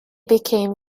became